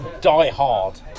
die-hard